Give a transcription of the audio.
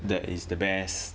that is the best